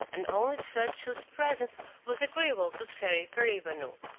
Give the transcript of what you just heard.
and only to such whose presence was agreeable to the fairy paribanou.